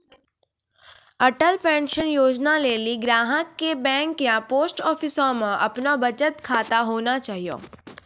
Atal pension योजना लेली ग्राहक के बैंक या पोस्ट आफिसमे अपनो बचत खाता होना चाहियो